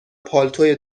پالتوی